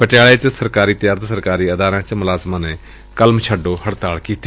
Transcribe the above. ਪਟਿਆਲੇ ਚ ਸਰਕਾਰੀ ਅਤੇ ਅਰਧ ਸਰਕਾਰੀ ਅਦਾਰਿਆਂ ਦੇ ਮੁਲਾਜ਼ਮਾਂ ਨੇ ਕਲਮ ਛੱਡੋ ਹੜਤਾਲ ਕੀਤੀ